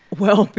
well,